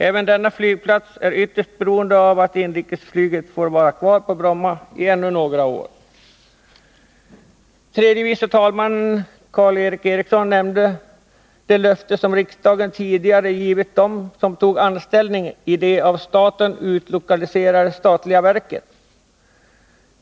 Även denna flygplats är ytterst beroende av att inrikesflyget får vara kvar på Bromma ännu några år. Tredje vice talmannen Karl Erik Eriksson nämnde det löfte som riksdagen tidigare givit dem som tog anställning i de utlokaliserade statliga verken.